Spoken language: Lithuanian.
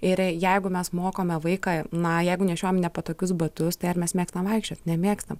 ir jeigu mes mokome vaiką na jeigu nešiojam nepatogius batus tai ar mes mėgstam vaikščiot nemėgstam